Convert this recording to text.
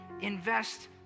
Invest